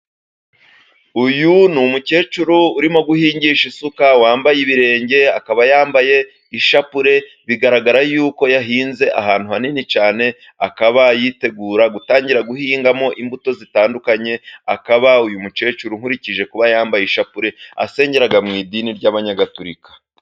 Uyu ni umukecuru urimo guhingisha isuka wambaye ibirenge, akaba yambaye ishapule bigaragara yuko yahinze ahantu hanini cyane, akaba yitegura gutangira guhingamo imbuto zitandukanye. Akaba uyu mukecuru nkurikije kuba yambaye ishapule asengera mu idini ry'abanyagaturika.